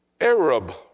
Arab